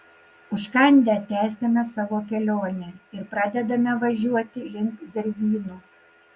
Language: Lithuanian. užkandę tęsiame savo kelionę ir pradedame važiuoti link zervynų